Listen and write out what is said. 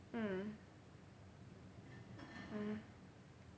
mm mm